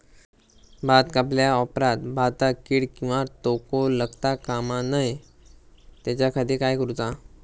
भात कापल्या ऑप्रात भाताक कीड किंवा तोको लगता काम नाय त्याच्या खाती काय करुचा?